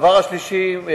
הדבר השלישי,